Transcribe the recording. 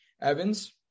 Evans